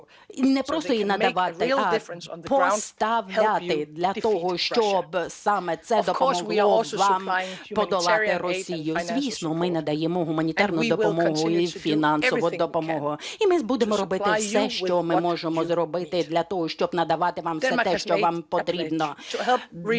не просто її надавати, а поставляти для того, щоб саме це допомогло вам подолати Росію. Звісно, ми надаємо гуманітарну допомогу і фінансову допомогу, і ми будемо робити все, що ми можемо зробити для того, щоб надавати вам все те, що вам потрібно. Данія